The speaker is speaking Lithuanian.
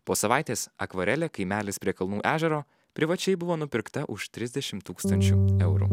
po savaitės akvarele kaimelis prie kalnų ežero privačiai buvo nupirkta už trisdešim tūkstančių eurų